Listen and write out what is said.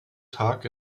tag